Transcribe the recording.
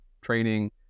training